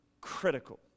critical